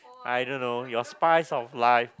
I don't know your spice of life